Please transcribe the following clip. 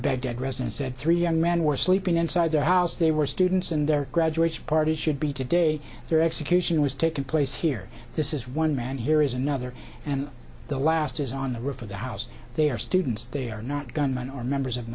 baghdad resident said three young men were sleeping inside the house they were students in their graduation party should be today their execution was taking place here this is one man here is another and the last is on the roof of the house they are students they are not gunmen or members of